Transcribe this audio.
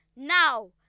Now